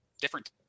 different